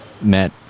Matt